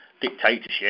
dictatorship